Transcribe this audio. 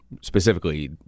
specifically